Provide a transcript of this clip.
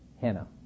Hannah